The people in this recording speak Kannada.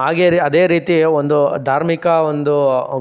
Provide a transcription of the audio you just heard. ಹಾಗೆ ರಿ ಅದೇ ರೀತಿ ಒಂದು ಧಾರ್ಮಿಕ ಒಂದು